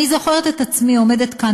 אני זוכרת את עצמי עומדת כאן,